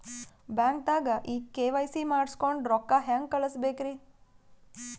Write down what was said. ಬ್ಯಾಂಕ್ದಾಗ ಕೆ.ವೈ.ಸಿ ಬಳಸ್ಕೊಂಡ್ ರೊಕ್ಕ ಹೆಂಗ್ ಕಳಸ್ ಬೇಕ್ರಿ?